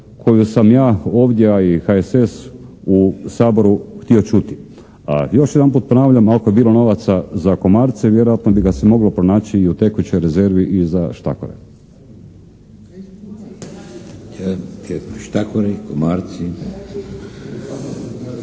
koju sam ja ovdje, a i HSS u Saboru htio čuti. A još jedanput ponavljam, ako je bilo novaca za komarce, vjerojatno bi ga se moglo pronaći i u tekućoj rezervi i za štakore. **Šeks, Vladimir